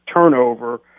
turnover